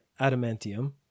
adamantium